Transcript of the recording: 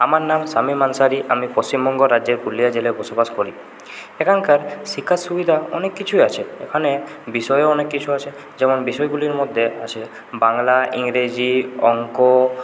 আমার নাম শামিম আনসারি আমি পশ্চিমবঙ্গ রাজ্যের পুরুলিয়া জেলায় বসবাস করি এখানকার শিক্ষা সুবিধা অনেক কিছুই আছে এখানে বিষয়ও অনেক কিছু আছে যেমন বিষয়গুলির মধ্যে আছে বাংলা ইংরেজি অঙ্ক